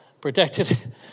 Protected